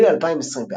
ביולי 2024,